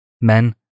men